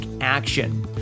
action